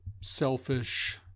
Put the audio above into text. selfish